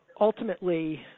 ultimately